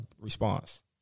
response